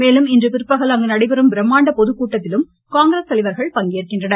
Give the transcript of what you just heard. மேலும் இன்று பிற்பகல் அங்கு நடைபெறும் பிரம்மாண்ட பொதுக்கூட்டத்திலும் காங்கிரஸ் தலைவர்கள் பங்கேற்கின்றனர்